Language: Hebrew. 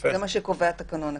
זה מה שקובע תקנון הכנסת.